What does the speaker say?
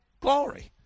glory